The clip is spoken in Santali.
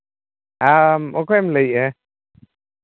ᱟᱢ ᱚᱠᱚᱭᱮᱢ ᱞᱟᱹᱭᱮᱜᱼᱟ